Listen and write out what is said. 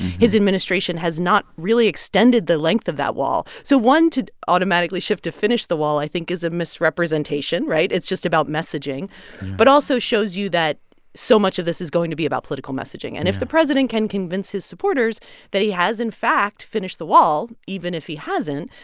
his administration has not really extended the length of that wall. so one, to automatically shift to finish the wall, i think, is a misrepresentation, right? it's just about messaging but also shows you that so much of this is going to be about political messaging yeah and if the president can convince his supporters that he has, in fact, finished the wall, even if he hasn't,